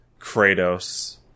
Kratos